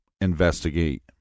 investigate